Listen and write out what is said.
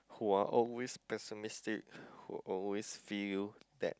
who are always pessimistic who always feel that